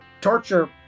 torture